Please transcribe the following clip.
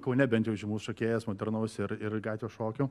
kaune bent jau žymus šokėjas modernaus ir ir gatvės šokio